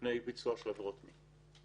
מפני ביצוע של עבירות מין.